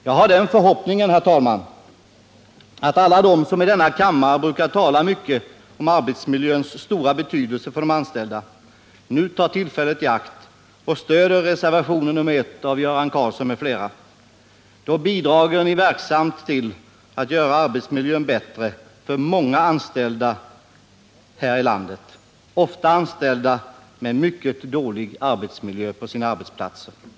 Jag har den förhoppningen, herr talman, att alla de som i denna kammare brukar tala mycket om arbetsmiljöns stora betydelse för de anställda nu tar tillfället i akt och stöder reservationen nr 1 av Göran Karlsson m.fl. Då bidrar ni verksamt till att göra arbetsmiljön bättre för många anställda här i landet, ofta anställda som har en mycket dålig arbetsmiljö på sina arbetsplatser. Herr talman!